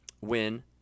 win